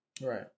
Right